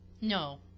No